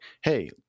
Hey